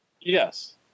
Yes